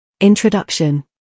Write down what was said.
Introduction